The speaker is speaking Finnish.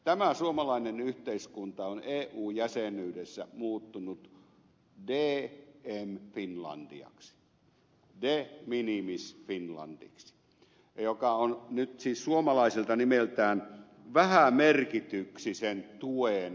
tämä suomalainen yhteiskunta on eu jäsenyydessä muuttunut dm finlandiaksi de minimis finlandiksi joka on nyt siis suomalaiselta nimeltään vähämerkityksisen tuen valtakunta